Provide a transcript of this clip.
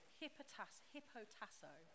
hippotasso